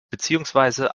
beziehungsweise